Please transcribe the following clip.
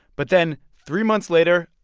but then, three months later,